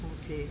okay